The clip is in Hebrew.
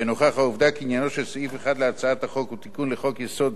ונוכח העובדה כי עניינו של סעיף 1 להצעת החוק הוא תיקון לחוק-יסוד: